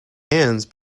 hands